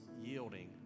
yielding